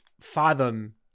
fathom